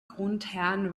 grundherren